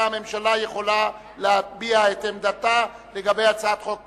הממשלה יכולה להביע את עמדתה לגבי הצעת חוק פרטית.